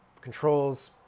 controls